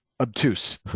obtuse